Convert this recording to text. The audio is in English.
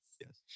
yes